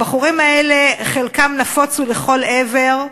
הבחורים האלה, חלקם נפוצו לכל עבר,